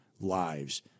lives